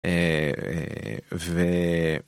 אעעעעעעעעעעעעעעע